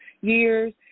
years